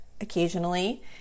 occasionally